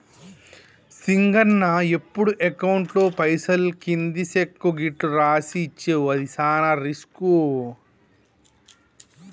సింగన్న ఎప్పుడు అకౌంట్లో పైసలు కింది సెక్కు గిట్లు రాసి ఇచ్చేవు అది సాన రిస్కు